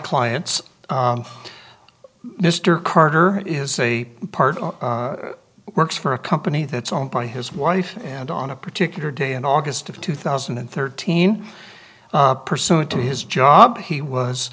clients mr carter is a part of works for a company that's owned by his wife and on a particular day in august of two thousand and thirteen pursuant to his job he was